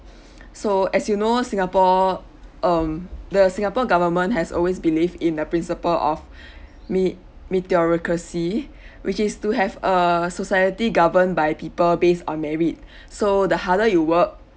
so as you know singapore um the singapore government has always believe in the principles of me~ meritocracy which is to have a society governed by people based on merit so the harder you work